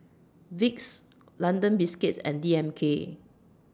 Vicks London Biscuits and D M K